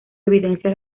evidencia